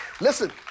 Listen